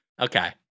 Okay